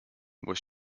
was